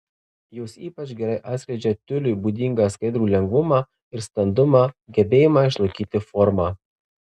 jos ypač gerai atskleidžia tiuliui būdingą skaidrų lengvumą ir standumą gebėjimą išlaikyti formą